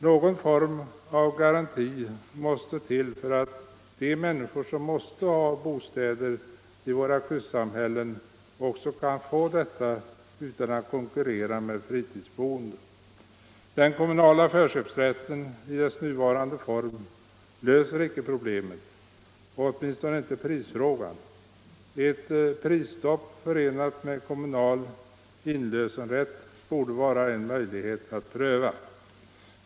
Någon form av garanti måste till för att de människor som måste ha bostäder i våra kustsamhällen också kan få detta utan att konkurrera med fritidsboende. Den kommunala förköpsrätten i dess nuvarande form löser icke problemet, åtminstone inte prisfrågan. Ett prisstopp förenat med kommunal inlösenrätt borde vara en möjlighet att pröva.